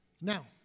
Now